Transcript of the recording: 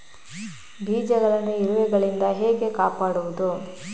ಬೀಜವನ್ನು ಇರುವೆಗಳಿಂದ ಹೇಗೆ ಕಾಪಾಡುವುದು?